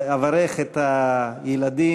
אברך את הילדים,